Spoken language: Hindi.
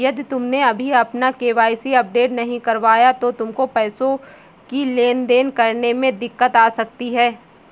यदि तुमने अभी अपना के.वाई.सी अपडेट नहीं करवाया तो तुमको पैसों की लेन देन करने में दिक्कत आ सकती है